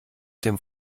dem